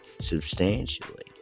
substantially